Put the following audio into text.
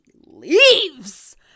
leaves